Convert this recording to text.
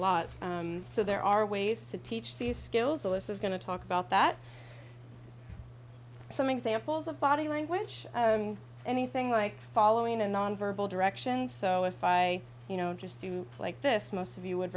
lot so there are ways to teach these skills willis is going to talk about that some examples of body language anything like following a nonverbal directions so if i you know just to like this most of you would